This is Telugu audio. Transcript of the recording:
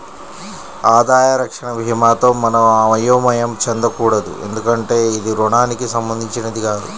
ఆదాయ రక్షణ భీమాతో మనం అయోమయం చెందకూడదు ఎందుకంటే ఇది రుణానికి సంబంధించినది కాదు